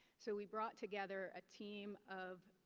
so, we brought together a team of,